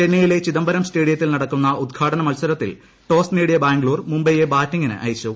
ചെന്നൈയിലെ ചിദംബരം സ്റ്റേഡിയത്തിൽ നടക്കുന്ന ഉദ്ഘാടന മത്സരത്തിൽ ടോസ് നേടിയ ബാംഗ്ലൂർ മുംബൈയെ ബാറ്റിംഗിന് അയച്ചു